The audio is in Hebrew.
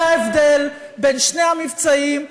זה ההבדל בין שני המבצעים,